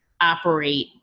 operate